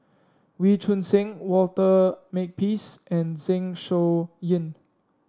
Wee Choon Seng Walter Makepeace and Zeng Shouyin